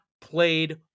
played